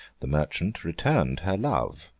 the merchant returned her love,